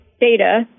data